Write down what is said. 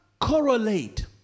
correlate